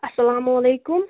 السَّلامُ علیکم